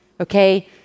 Okay